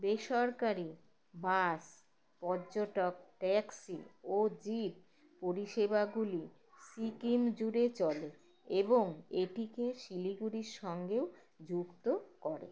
বেসরকারী বাস পর্যটক ট্যাক্সি ও জিপ পরিষেবাগুলি সিকিম জুড়ে চলে এবং এটিকে শিলিগুড়ির সঙ্গেও যুক্ত করে